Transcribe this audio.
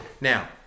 Now